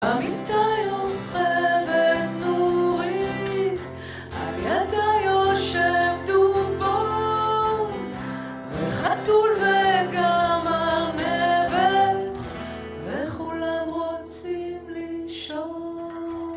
במיטה יושבת נורית, על ידה יושב דובון וחתול וגם ארנבת, וכולם רוצים לישון